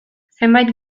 zenbait